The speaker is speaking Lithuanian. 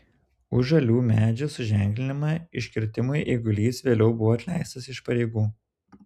už žalių medžių suženklinimą iškirtimui eigulys vėliau buvo atleistas iš pareigų